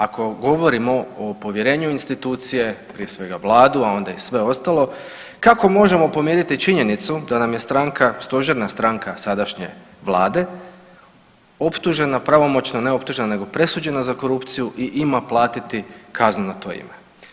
Ako govorimo o povjerenju u institucije prije svega vladu, a onda i sve ostalo kako možemo pomiriti činjenicu da nam je stranka, stožerna stranka sadašnje vlade optužena pravomoćno, ne optužena nego presuđena za korupciju i ima platiti kaznu na to ime.